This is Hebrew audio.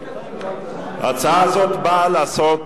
הצעה זו באה לעשות